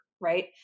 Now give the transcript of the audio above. right